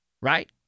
right